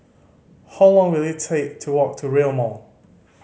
how long will it take to walk to Rail Mall